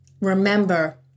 Remember